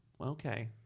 Okay